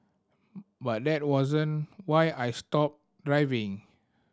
but that wasn't why I stopped driving